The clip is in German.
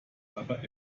aber